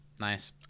Nice